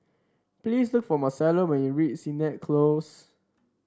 please look for Marcello when you reach Sennett Close